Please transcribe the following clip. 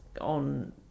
on